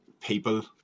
people